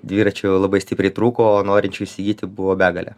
dviračių labai stipriai trūko norinčių įsigyti buvo begalė